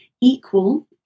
equal